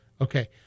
okay